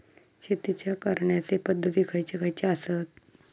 शेतीच्या करण्याचे पध्दती खैचे खैचे आसत?